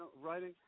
writing